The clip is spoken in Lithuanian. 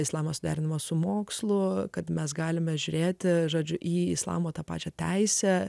islamas derinamas su mokslu kad mes galime žiūrėti žodžiu į islamo tą pačią teisę